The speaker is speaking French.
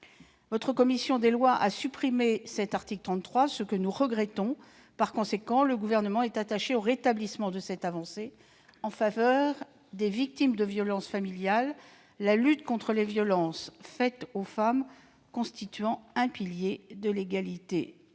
Votre commission des lois a supprimé cet article 33, ce que nous regrettons. Le Gouvernement est attaché au rétablissement de cette avancée en faveur des victimes de violences familiales. La lutte contre les violences faites aux femmes constitue un pilier de l'égalité